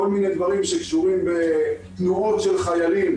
כל מיני דברים שקשורים בתנועות של חיילים